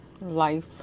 life